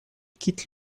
quittent